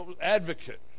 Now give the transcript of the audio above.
advocate